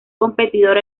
competidor